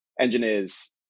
engineers